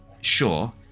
sure